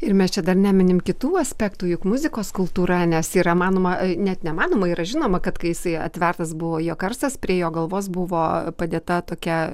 ir mes čia dar neminint kitų aspektų juk muzikos kultūra nes yra manoma net nemanoma yra žinoma kad kai jisai atvertas buvo jo karstas prie jo galvos buvo padėta tokia